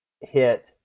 hit –